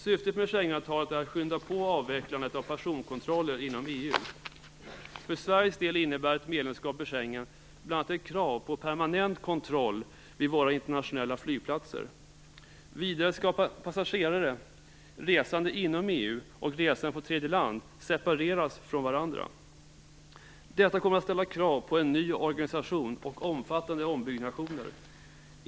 Syftet med Schengenavtalet är att skynda på avvecklandet av personkontroller inom EU. För Sveriges del innebär ett medlemskap i Schengen bl.a. ett krav på permanent kontroll vid våra internationella flygplatser. Vidare skall passagerare, resande inom EU och resande från tredje land, separeras från varandra. Detta kommer att ställa krav på en ny organisation och omfattande ombyggnationer.